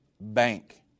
bank